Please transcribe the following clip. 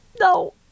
No